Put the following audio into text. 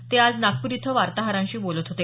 ते आज नागपूर इथं वार्ताहरांशी बोलत होते